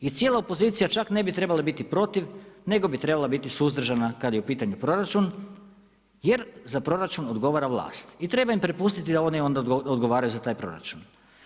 I cijela opozicija čak ne bi trebala biti protiv nego bi trebala biti suzdržana kada je u pitanju proračun jer za proračun odgovara vlast i treba im prepustiti da oni onda odgovaraju za taj proračun.